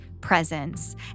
presence